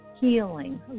healing